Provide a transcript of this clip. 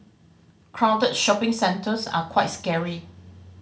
crowded shopping centres are quite scary